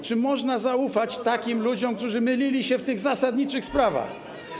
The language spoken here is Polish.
Czy można zaufać takim ludziom, którzy mylili się w tych zasadniczych sprawach?